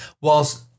Whilst